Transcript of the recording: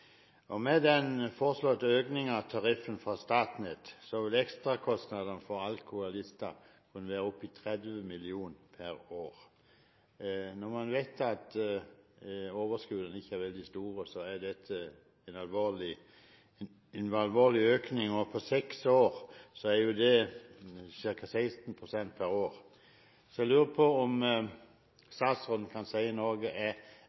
år. Med den foreslåtte økningen av tariffen fra Statnett, vil ekstrakostnadene for Alcoa Lista kunne være opp i 30 mill. kr per år. Når man vet at overskuddene ikke er veldig store, er dette en alvorlig økning. På seks år er det jo ca. 16 pst. per år. Jeg lurer på om statsråden kan si noe